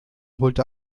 holte